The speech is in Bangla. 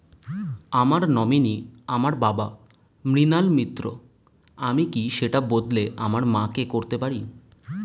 আমার নমিনি আমার বাবা, মৃণাল মিত্র, আমি কি সেটা বদলে আমার মা কে করতে পারি?